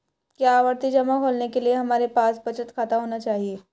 क्या आवर्ती जमा खोलने के लिए हमारे पास बचत खाता होना चाहिए?